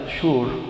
sure